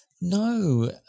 No